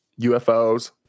UFOs